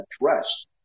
addressed